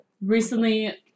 recently